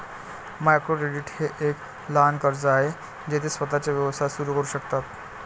micro credit हे एक लहान कर्ज आहे जे ते स्वतःचा व्यवसाय सुरू करू शकतात